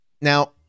Now